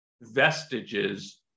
vestiges